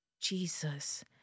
Jesus